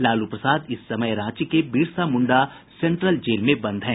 लालू प्रसाद इस समय रांची के बिरसा मुंडा सेन्ट्रल जेल में बन्द हैं